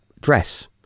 dress